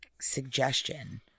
suggestion